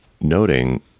noting